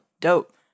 dope